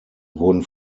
wurden